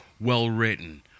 well-written